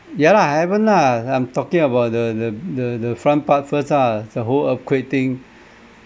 ya lah haven't lah I'm talking about the the the the front part first ah the whole earthquake thing